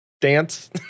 dance